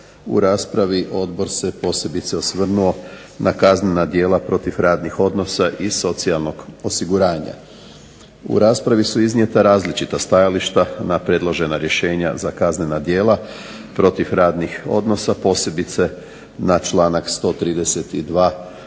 u raspravi odbor se posebice osvrnuo na kaznena djela protiv radnih odnosa i socijalnog osiguranja. U raspravi su iznijeta različita stajališta na predložena rješenja za kaznena djela protiv radnih odnosa, posebice na članak 132.,